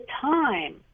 time